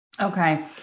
Okay